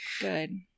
good